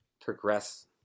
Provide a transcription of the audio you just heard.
progress